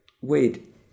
wait